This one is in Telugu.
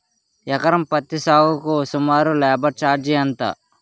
ఎకరం పత్తి సాగుకు సుమారు లేబర్ ఛార్జ్ ఎంత?